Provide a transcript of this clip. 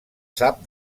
sap